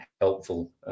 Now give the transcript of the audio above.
helpful